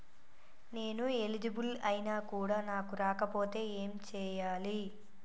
నేను ఎలిజిబుల్ ఐనా కూడా నాకు రాకపోతే ఏం చేయాలి?